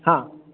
हा